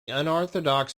unorthodox